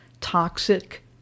toxic